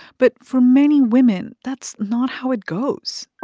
but for many women, that's not how it goes